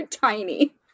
tiny